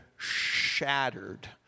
shattered